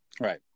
Right